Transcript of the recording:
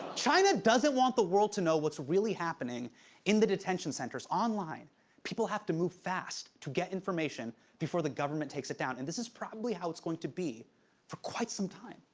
china doesn't want the world to know what's really happening in the detention centers. online people have to move fast to get information before the government takes it down. and this is probably how it's going to be for quite some time.